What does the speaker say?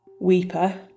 weeper